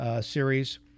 series